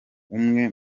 umwe